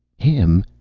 him?